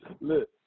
Look